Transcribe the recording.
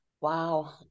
wow